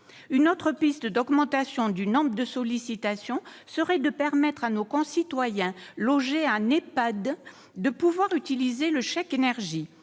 Une autre piste d'augmentation du nombre de sollicitations serait de permettre à nos concitoyens logés en Ehpad d'utiliser le chèque énergie.